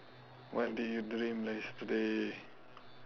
what did you dream yesterday